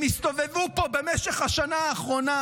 הם הסתובבו פה במשך השנה האחרונה